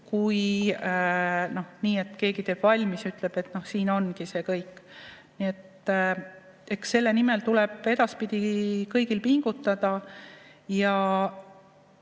kui siis, et keegi teeb valmis ja ütleb, et ongi kõik. Eks selle nimel tuleb edaspidi kõigil pingutada.